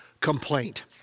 complaint